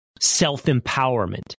self-empowerment